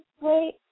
wait